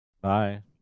bye